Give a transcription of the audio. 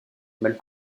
mal